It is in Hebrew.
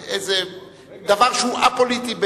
דבר שהוא א-פוליטי בעליל.